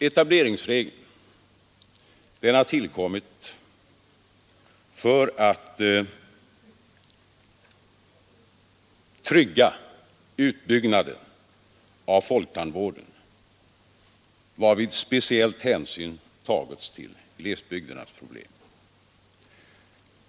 Etableringsregeln har tillkommit för att trygga utbyggnaden av folktandvården, varvid speciell hänsyn tages till glesbygdernas problem.